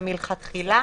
ומלכתחילה